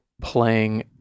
playing